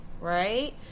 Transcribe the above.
right